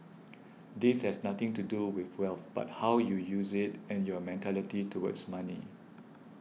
this has nothing to do with wealth but how you use it and your mentality towards money